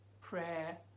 prayer